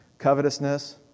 covetousness